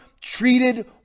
treated